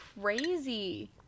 crazy